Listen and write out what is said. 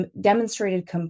Demonstrated